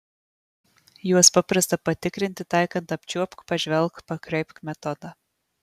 juos paprasta patikrinti taikant apčiuopk pažvelk pakreipk metodą